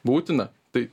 būtina tai